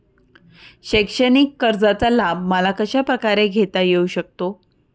शैक्षणिक कर्जाचा लाभ मला कशाप्रकारे घेता येऊ शकतो?